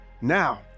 now